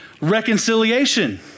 reconciliation